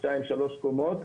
שתיים שלוש קומות.